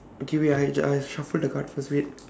okay wait I I shuffle the cards first wait